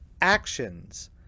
actions